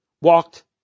walked